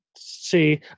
see